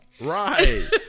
Right